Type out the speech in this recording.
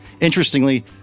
Interestingly